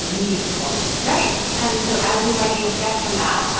meaty pulp right. and so as you might be able to guess from that,